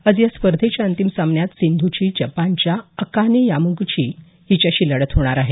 आज या स्पर्धेच्या अंतिम सामन्यात सिंधूची जपानच्या अकाने यामाग्रची हिच्याशी लढत होणार आहे